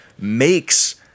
makes